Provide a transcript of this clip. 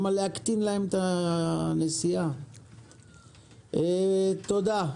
תודה.